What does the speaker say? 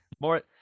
more